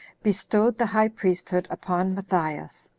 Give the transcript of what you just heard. bestowed the high priesthood upon matthias.